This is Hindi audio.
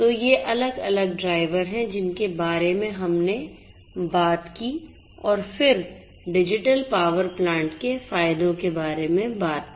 तो ये अलग अलग ड्राइवर हैं जिनके बारे में हमने बात की और फिर डिजिटल पावर प्लांट के फायदों के बारे में बात की